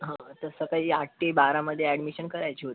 हा तसं काही आठ ते बारामध्ये ॲडमिशन करायची होती